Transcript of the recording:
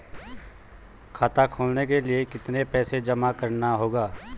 खाता खोलने के लिये कितना पैसा जमा करना होगा?